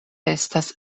estas